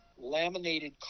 Laminated